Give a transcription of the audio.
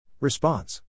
Response